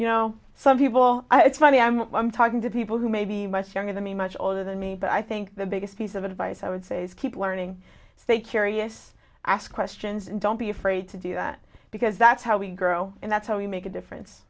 you know some people i it's funny i'm not i'm talking to people who may be much younger than me much all than me but i think the biggest piece of advice i would say is keep learning stay curious ask questions and don't be afraid to do that because that's how we grow and that's how we make a difference